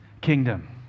kingdom